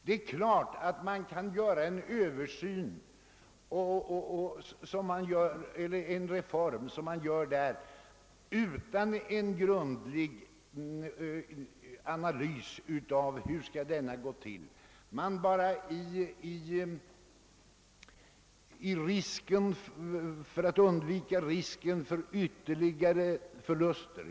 Det är klart att en reform kan genomföras på detta sätt, d.v.s. utan en grundlig analys av hur detta genomförande bör gå till.